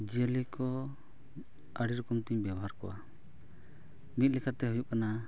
ᱡᱤᱭᱟᱹᱞᱤ ᱠᱚ ᱟᱹᱰᱤ ᱨᱚᱠᱚᱢ ᱛᱤᱧ ᱵᱮᱣᱦᱟᱨ ᱠᱚᱣᱟ ᱢᱤᱫ ᱞᱮᱠᱟᱛᱮ ᱦᱩᱭᱩᱜ ᱠᱟᱱᱟ